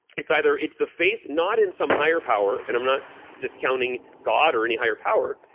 it's either it's the faith not in some higher power and i'm not discounting god or any higher power,